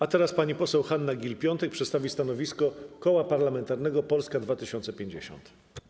A teraz pani poseł Hanna Gill-Piątek przedstawi stanowisko Koła Parlamentarnego Polska 2050.